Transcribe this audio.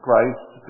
Christ